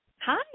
Hi